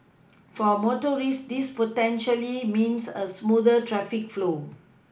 for motorists this potentially means a smoother traffic flow